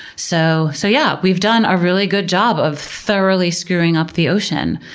so so yeah, we've done a really good job of thoroughly screwing up the ocean.